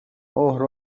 اوه